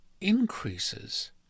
increases